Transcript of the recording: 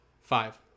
five